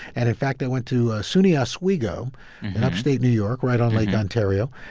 and in fact, i went to suny oswego in upstate new york, right on lake ontario.